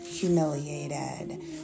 Humiliated